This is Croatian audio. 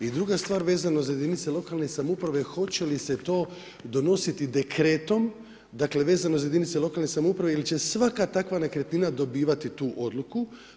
I duga stvar vezano za jedinice lokalne samouprave hoće li se to donositi dekretom, dakle, vezano za jedinice lokalne samouprave ili će svaka takva nekretnina dobivati tu odluku?